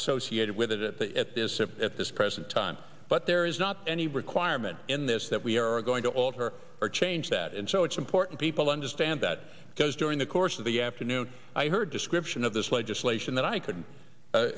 associated with it at this if at this present time but there is not any requirement in this that we are going to alter or change that and so it's important people understand that because during the course of the afternoon i heard description of this legislation that i could